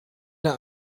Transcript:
der